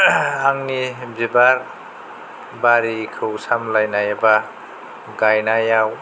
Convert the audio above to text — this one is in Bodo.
आंनि बिबार बारिखौ सामलायनाय एबा गायनायाव